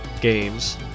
games